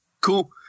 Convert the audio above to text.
Cool